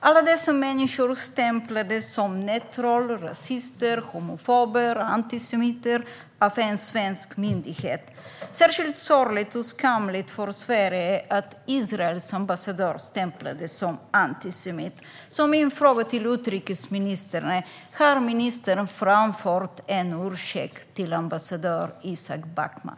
Alla dessa människor stämplades som nättroll, rasister, homofober eller antisemiter av en svensk myndighet. Särskilt sorgligt och skamligt för Sverige är det att Israels ambassadör stämplades som antisemit. Min fråga till utrikesministern är: Har ministern framfört en ursäkt till ambassadör Isaac Bachman?